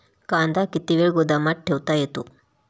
कांदा किती वेळ गोदामात ठेवता येतो?